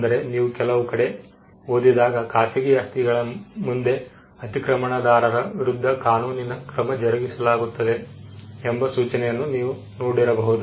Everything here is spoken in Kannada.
ಅಂದರೆ ನೀವು ಕೆಲವು ಕಡೆ ಓದಿದಾಗ ಖಾಸಗಿ ಆಸ್ತಿಗಳ ಮುಂದೆ ಅತಿಕ್ರಮಣದಾರರ ವಿರುದ್ಧ ಕಾನೂನಿನ ಕ್ರಮ ಜರುಗಿಸಲಾಗುತ್ತದೆ ಎಂಬ ಸೂಚನೆಯನ್ನು ನೀವು ನೋಡಿರಬಹುದು